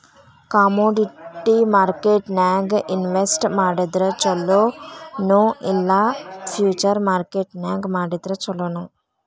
Commodity ಮಾರ್ಕೆಟ್ನ್ಯಾಗ್ invest ಮಾಡಿದ್ರ ಛೊಲೊ ನೊ ಇಲ್ಲಾ ಫ್ಯುಚರ್ ಮಾರ್ಕೆಟ್ ನ್ಯಾಗ್ ಮಾಡಿದ್ರ ಛಲೊನೊ?